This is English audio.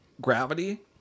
gravity